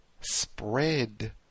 spread